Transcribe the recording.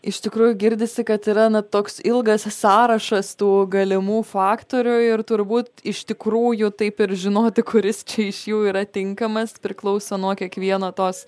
iš tikrųjų girdisi kad yra na toks ilgas sąrašas tų galimų faktorių ir turbūt iš tikrųjų taip ir žinoti kuris čia iš jų yra tinkamas priklauso nuo kiekvieno tos